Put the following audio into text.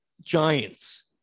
giants